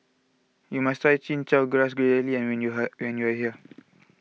you must try Chin Chow Grass Jelly when you here when you are here